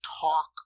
talk